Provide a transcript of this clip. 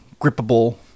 grippable